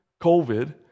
COVID